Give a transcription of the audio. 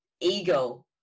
ego